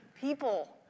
people